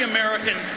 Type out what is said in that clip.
American